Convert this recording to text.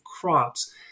crops